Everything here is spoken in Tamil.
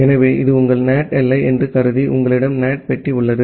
எனவே இது உங்கள் NAT எல்லை என்று கருதி உங்களிடம் NAT பெட்டி உள்ளது